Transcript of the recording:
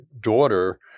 daughter